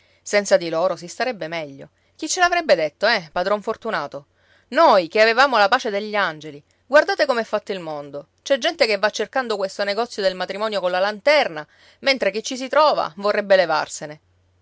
senza di loro si starebbe meglio chi ce l'avrebbe detto eh padron fortunato noi che avevamo la pace degli angeli guardate com'è fatto il mondo c'è gente che va cercando questo negozio del matrimonio colla lanterna mentre chi ci si trova vorrebbe levarsene